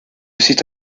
cite